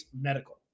Medical